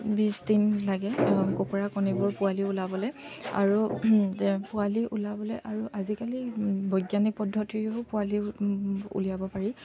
বিছদিন লাগে কুকুৰা কণীবোৰ পোৱালি ওলাবলৈ আৰু যে পোৱালি ওলাবলৈ আৰু আজিকালি বৈজ্ঞানিক পদ্ধতিৰেও পোৱালি উলিয়াব পাৰি